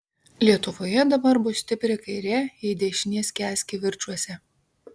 lietuvoje dabar bus stipri kairė jei dešinė skęs kivirčuose